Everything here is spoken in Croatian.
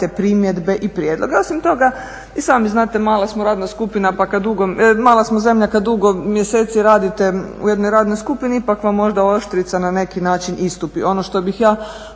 primjedbe i prijedloge. Osim toga i sami znate, mala smo radna skupina, mala smo zemlja kada dugo mjeseci radite u jednoj radnoj skupini ipak vam možda oštrica možda na neki način istupi. Ono što bih ja